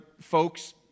folks